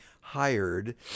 hired